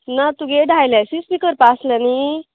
ना तुगे डायलासीस बी करपा आसलें न्ही